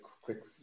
quick